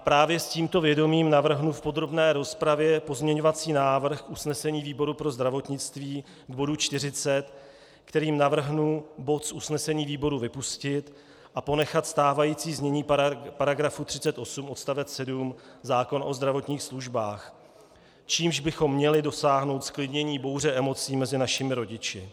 Právě s tímto vědomím navrhnu v podrobné rozpravě pozměňovací návrh k usnesení výboru pro zdravotnictví k bodu 40, kterým navrhnu bod z usnesení výboru vypustit a ponechat stávající znění § 38 odst. 7 zákona o zdravotních službách, čímž bychom měli dosáhnout zklidnění bouře emocí mezi našimi rodiči.